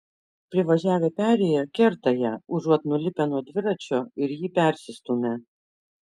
privažiavę perėją kerta ją užuot nulipę nuo dviračio ir jį persistūmę